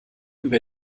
über